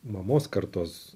mamos kartos